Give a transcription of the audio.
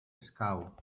escau